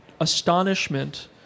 astonishment